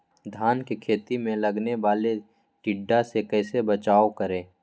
धान के खेत मे लगने वाले टिड्डा से कैसे बचाओ करें?